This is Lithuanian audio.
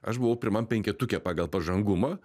aš buvau pirmam penketuke pagal pažangumą